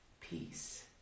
Peace